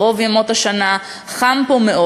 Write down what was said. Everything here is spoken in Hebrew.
ברוב ימות השנה חם פה מאוד.